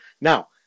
Now